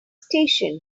station